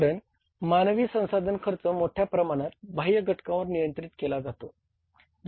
कारण मानवी संसाधन खर्च मोठ्या प्रमाणात बाह्य घटकांद्वारे नियंत्रित केला जातो